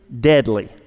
deadly